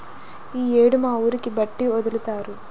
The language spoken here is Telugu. ఈ యేడు మా ఊరికి బట్టి ఒదులుతారు